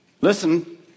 listen